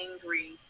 angry